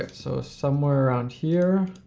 so somewhere around here.